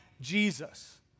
Jesus